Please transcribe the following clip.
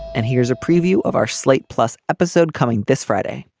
and here's a preview of our slate plus episode coming this friday